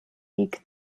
league